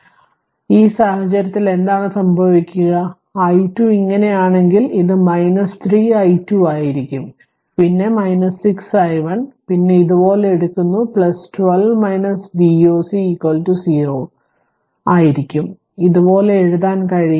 അതിനാൽ ഈ സാഹചര്യത്തിൽ എന്താണ് സംഭവിക്കുക i2 ഇങ്ങനെയാണെങ്കിൽ ഇത് 3 i2 ആയിരിക്കും പിന്നെ 6 i1 പിന്നെ ഇതുപോലെ എടുക്കുന്നു 12 Voc 0 ആയിരിക്കും ഇത് പോലെ എഴുതാൻ കഴിയും